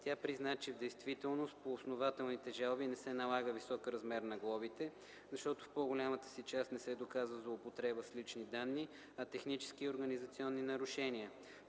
Тя призна, че в действителност по основателните жалби не се налага висок размер на глобите, защото в по-голямата си част не се доказва злоупотреба с лични данни, а технически и организационни нарушения.